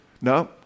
No